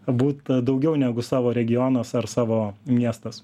būt daugiau negu savo regionas ar savo miestas